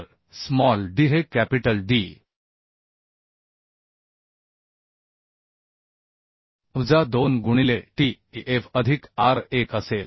तर small d हे capital D वजा 2 गुणिले T f अधिक R 1 असेल